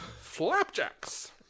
Flapjacks